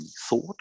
thought